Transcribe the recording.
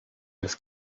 this